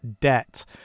debt